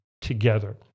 together